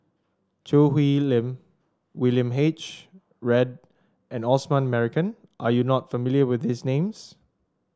Choo Hwee Lim William H Read and Osman Merican are you not familiar with these names